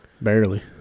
Barely